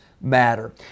matter